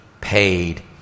paid